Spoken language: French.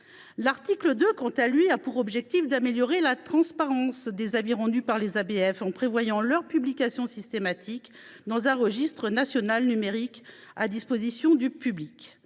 L’article 2, quant à lui, a pour objet d’améliorer la transparence des avis rendus par des ABF, en prévoyant leur publication systématique dans un registre national numérique mis à disposition du public.